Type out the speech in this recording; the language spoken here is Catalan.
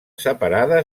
separada